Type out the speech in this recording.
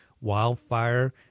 Wildfire